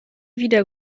wieder